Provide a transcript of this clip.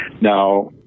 Now